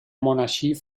monarchie